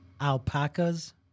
Alpacas